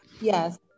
yes